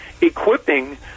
equipping